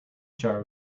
jar